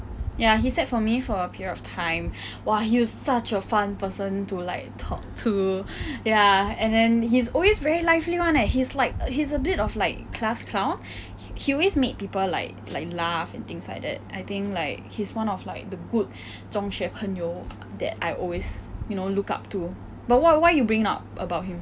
ya he sat for me for a period of time !wah! he was such a fun person to like talk to ya and then he's always very lively [one] leh he's like he's a bit of like class clown he always make people like like laugh and things like that I think like he's one of like the good 中学朋友 that I always you know look up to but what what why you bring up about him